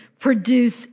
produce